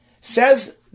Says